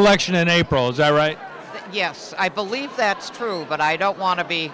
election in april yes i believe that's true but i don't want to be